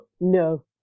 no